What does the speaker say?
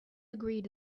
agreed